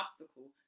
obstacle